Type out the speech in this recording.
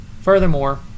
Furthermore